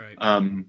Right